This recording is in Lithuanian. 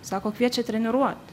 sako kviečia treniruot